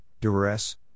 duress